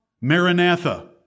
maranatha